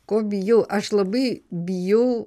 ko bijau aš labai bijau